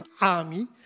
army